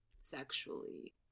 sexually